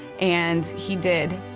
and he did.